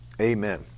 Amen